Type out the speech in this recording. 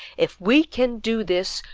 if we can do this,